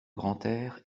grantaire